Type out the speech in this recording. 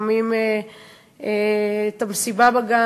לפעמים את המסיבה בגן,